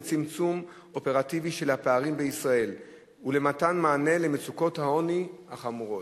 לצמצום אופרטיבי של הפערים בישראל ולמתן מענה למצוקות העוני החמורות.